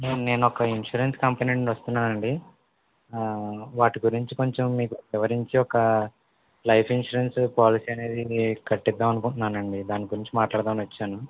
నేను ఒక insurance company నుండి వస్తున్నానండి ఆ వాటి గురించి కొంచెం మీకు వివరించి ఒక లైఫ్ ఇన్సూరెన్స్ పాలసీ అనేది కట్టిద్దామని అనుకుంటున్నాను అండి దాని గురించి మాట్లాడదామని వచ్చాను